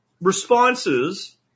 responses